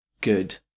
good